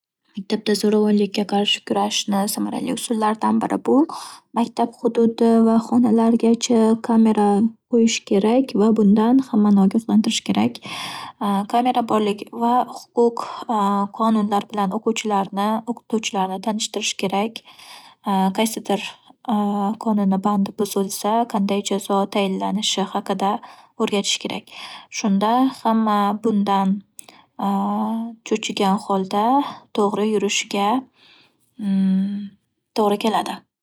Maktabda zo'ravonlikka qarshi kurashni samarali usullaridan biri bu - maktab xududi va xonalarigacha kamera qo'yish kerak va bundan hammani ogohlantirish kerak. Kamera borligi va huquq- qonunlar bilan o'quvchilarni, o'qituvchilarni tanishtirish kerak. Qaysidir qonunni bandi buzilsa, qanday jazo tayinlanishi haqida o'rgatish kerak. Shunda hamma bundan cho'chigan holda to'g'ri yurishiga to'g'ri keladi.